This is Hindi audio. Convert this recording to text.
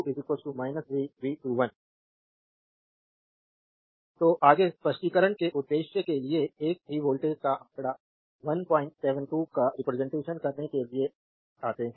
स्लाइड टाइम देखें 0151 तो आगे स्पष्टीकरण के उद्देश्य के लिए एक ही वोल्टेज का आंकड़ा 17 2 का रिप्रजेंटेशन करने के लिए आते हैं